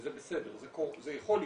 וזה בסדר, זה יכול לקרות.